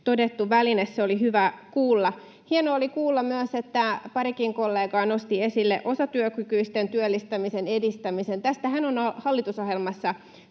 todettu väline. Se oli hyvä kuulla. Hienoa oli kuulla myös, että parikin kollegaa nosti esille osatyökykyisten työllistämisen edistämisen. Tästähän on hallitusohjelmassa